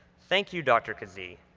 thank you, dr. kazee,